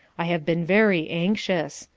i have been very anxious.